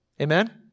Amen